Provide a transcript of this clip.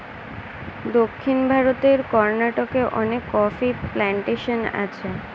দক্ষিণ ভারতের কর্ণাটকে অনেক কফি প্ল্যান্টেশন আছে